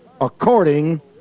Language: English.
according